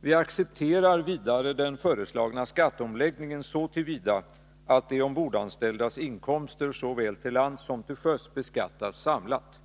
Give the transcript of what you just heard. Vi accepterar vidare den föreslagna skatteomläggningen så till vida att de ombordanställdas inkomster såväl till lands som till sjöss beskattas samlat.